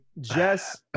jess